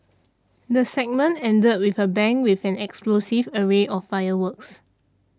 the segment ended with a bang with an explosive array of fireworks